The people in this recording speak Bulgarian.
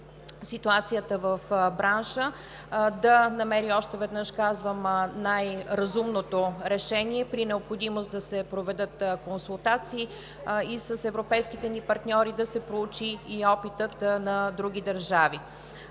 ситуацията в бранша, да намери, още веднъж казвам, най-разумното решение и при необходимост да се проведат консултации и с европейските ни партньори, да се проучи и опитът на други държави.